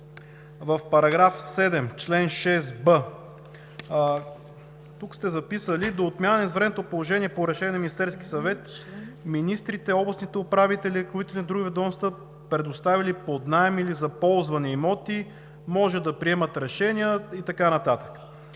в § 7, чл. 6б. Тук сте записали: „до отмяна на извънредното положение по решение на Министерския съвет министрите, областните управители, ръководители на други ведомства, предоставили под наем или за ползване имоти може да приемат решения“, и така нататък.